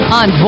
on